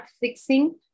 fixing